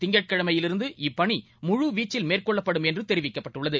திங்கட்கிழமையிலிருந்து இப்பணி முழுவீச்சில் மேற்கொள்ளப்படும் என்று தெரிவிக்கப்பட்டுள்ளது